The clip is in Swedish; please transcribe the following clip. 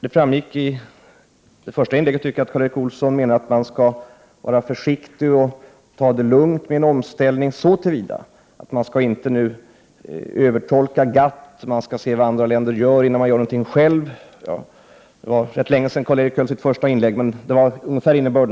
Det framgick av Karl Erik Olssons första inlägg, tycker jag, att han menar att man skall vara försiktig och ta det lugnt med en omställning så till vida att man inte nu skall övertolka GATT beslutet, att man skall se vad andra länder gör innan man gör något själv. Det är en god stund sedan Karl Erik Olsson höll sitt huvudanförande, men innebörden